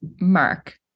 Mark